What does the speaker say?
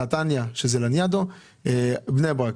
על לניאדו בנתניה,